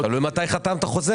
תלוי מתי חתמת חוזה.